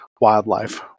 wildlife